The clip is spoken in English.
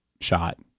shot